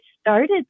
started